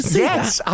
Yes